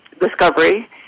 discovery